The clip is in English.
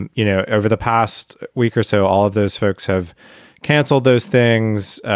and you know, over the past week or so, all of those folks have canceled those things,